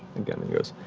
again and goes,